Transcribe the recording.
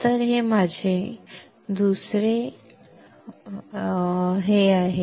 तर हे माझे दुसरे आहे